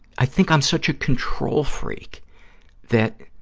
i think i'm such a control freak that